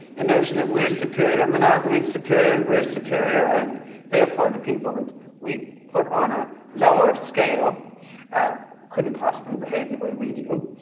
the notion that we're superior, monogamy is superior and we're superior and therefore the people that we put on a lower scale ah couldn't possibly behave the way we do.